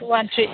one three